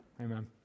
amen